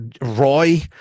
Roy